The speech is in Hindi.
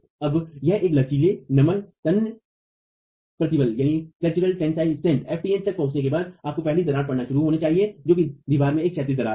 अब एक बार लचीले नमन तन्य प्रतिबल ftn तक पहुँचने के बाद आपको पहली दरार पड़नी शुरू होनी चाहिए जो कि दीवार में एक क्षैतिज दरार है